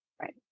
Right